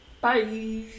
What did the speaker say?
Bye